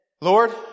Lord